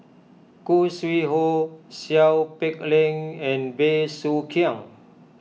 Khoo Sui Hoe Seow Peck Leng and Bey Soo Khiang